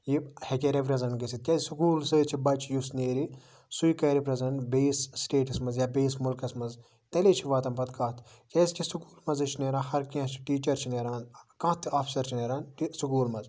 یہِ ہیٚکے رِپریزینٹ گژھِتھ کیازِ سٔکوٗلہٕ سۭتۍ چھُ بَچہٕ یُس نیرِ سُے کرِ پریزینٹ بیٚیِس سِٹیٹَس منٛز بیٚیِس مُلکَس منٛز یا تیٚلی چھِ واتان پَتہٕ کَتھ کیازِ کہِ سٔکوٗل منٛزٕے چھُ نیران ہر کیٚنہہ ٹیٖچر چھُ نیران کانہہ تہِ آفسر چھُ نیران سٔکوٗل منٛز